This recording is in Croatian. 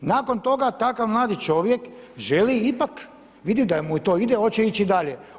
Nakon toga takav mladi čovjek želi ipak vidjeti da mu to ide, hoće ići dalje.